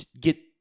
Get